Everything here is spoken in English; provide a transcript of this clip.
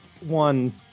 One